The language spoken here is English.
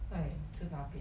!aiya! 吃大便